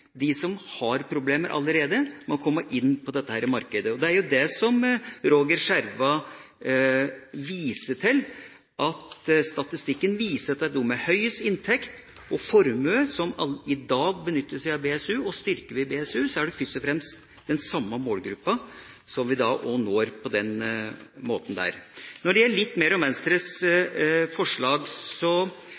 som har problemer allerede med å komme inn på dette markedet. Det er det Roger Schjerva viser til, at statistikken viser at det er de som har høyest inntekt og formue, som allerede i dag benytter seg av BSU. Og styrker vi BSU, er det først og fremst den samme målgruppa som vi også da når på denne måten. Når det gjelder Venstres forslag, er f.eks. forslagene nr. 11 og 13 foreslått av Boligutvalget, så